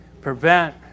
prevent